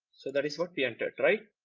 so that is what we entered right.